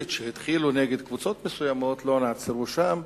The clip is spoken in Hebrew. שהתחילו נגד קבוצות מסוימות לא נעצרו שם.